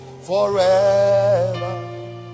forever